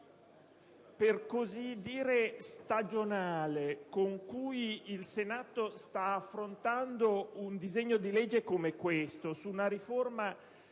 per così dire stagionale con cui il Senato sta affrontando un disegno di legge come questo, su una riforma